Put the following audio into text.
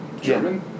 German